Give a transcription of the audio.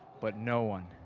but no one,